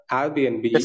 Airbnb